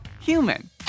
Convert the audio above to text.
human